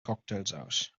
cocktailsaus